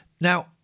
Now